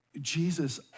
Jesus